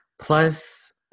plus